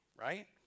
right